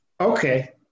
okay